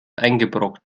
eingebrockt